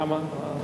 למה?